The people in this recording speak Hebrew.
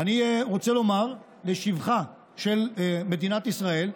אני רוצה לומר לשבחה של מדינת ישראל,